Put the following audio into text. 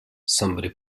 somebody